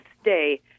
stay